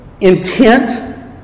intent